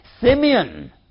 Simeon